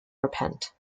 repent